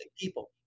people